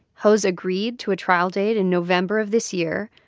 ho's agreed to a trial date in november of this year.